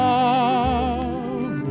Love